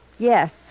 Yes